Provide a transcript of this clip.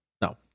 No